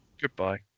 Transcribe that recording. Goodbye